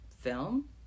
film